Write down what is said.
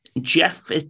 Jeff